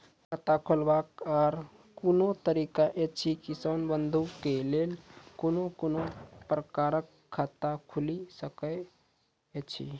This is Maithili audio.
खाता खोलवाक आर कूनू तरीका ऐछि, किसान बंधु के लेल कून कून प्रकारक खाता खूलि सकैत ऐछि?